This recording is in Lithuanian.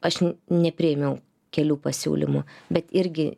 aš nepriėmiau kelių pasiūlymų bet irgi